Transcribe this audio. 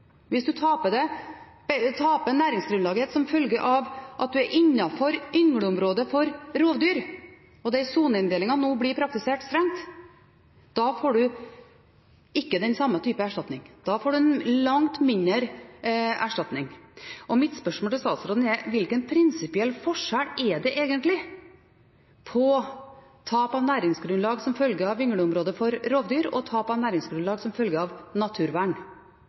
Hvis du taper næringsgrunnlaget ditt som følge av at du er innenfor yngleområdet for rovdyr, der soneinndelingen nå blir praktisert strengt, får du ikke den samme typen erstatning. Da får du langt mindre erstatning. Mitt spørsmål til statsråden er: Hvilken prinsipiell forskjell er det egentlig på tap av næringsgrunnlag som følge av yngleområde for rovdyr og tap av næringsgrunnlag som følge av naturvern?